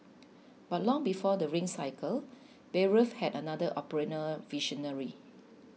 but long before the Ring Cycle Bayreuth had another operatic visionary